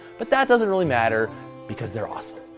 but that doesn't really matter because they're awesome.